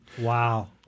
Wow